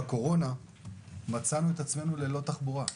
בקורונה מצאנו את עצמנו ללא תחבורה.